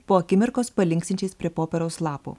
po akimirkos palinksinčiais prie popieriaus lapo